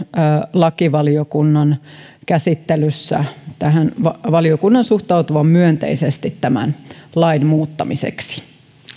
lakivaliokunnan käsittelyssä valiokunnan suhtautuvan myönteisesti tämän lain muuttamiseksi